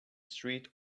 street